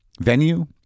venue